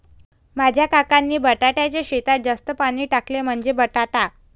माझ्या काकांनी बटाट्याच्या शेतात जास्त पाणी टाकले, म्हणजे बटाटा